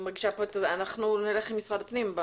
אנחנו נלך עם משרד הפנים.